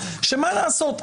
שמה לעשות,